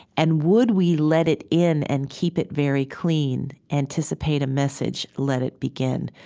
and would we let it in, and keep it very clean anticipate a message, let it begin?